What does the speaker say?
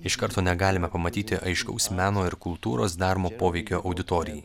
iš karto negalime pamatyti aiškaus meno ir kultūros daromo poveikio auditorijai